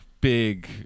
big